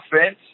offense